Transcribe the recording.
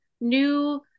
new